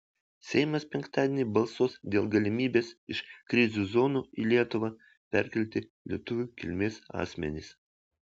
seimas penktadienį balsuos dėl galimybės iš krizių zonų į lietuvą perkelti lietuvių kilmės asmenis